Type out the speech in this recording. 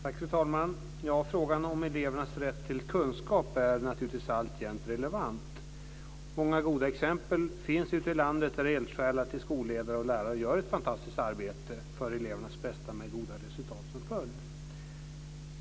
Fru talman! Frågan om elevernas rätt till kunskap är naturligtvis alltjämt relevant. Många goda exempel finns ute i landet där eldsjälar till skolledare och lärare gör ett fantastiskt arbete för elevernas bästa med goda resultat som följd.